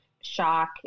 shock